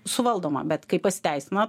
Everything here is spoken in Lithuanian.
suvaldoma bet kai pasiteisino